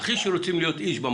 רוצים להיות איש.